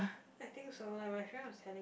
I think so like my friend was telling